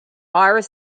iris